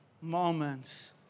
moments